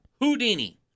Houdini